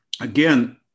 Again